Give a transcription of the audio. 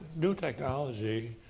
new technology